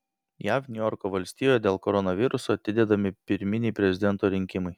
jav niujorko valstijoje dėl koronaviruso atidedami pirminiai prezidento rinkimai